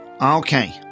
Okay